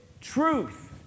truth